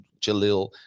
Jalil